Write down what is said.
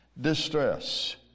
distress